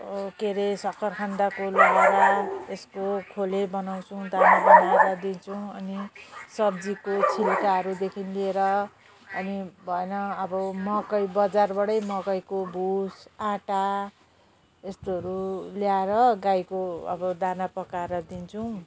के अरे सक्खरखन्डको लहरा त्यसको खोले बनाउँछौँ दाना बनाएर दिन्छौँ अनि सब्जीको छिल्काहरूदेखि लिएर अनि भएन अब मकै बजारबाटै मकैको भुस आँटा यस्तोहरू ल्याएर गाईको अब दाना पकाएर दिन्छौँ